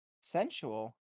Sensual